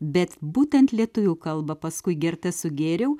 bet būtent lietuvių kalbą paskui gerte sugėriau